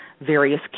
various